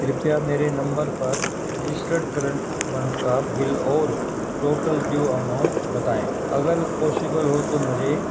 کررپیا میرے نمبر پر رجسٹرڈ کرنٹ منتھ کا بل اور ٹوٹل ڈیو اماؤنٹ بتائیں اگر پاشیبل ہو تو مجھے